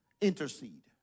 intercede